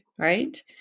right